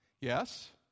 Yes